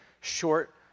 short